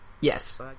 Yes